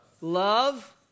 Love